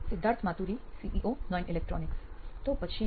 Siddharth Maturi CEO નોઇન electronics તો પછી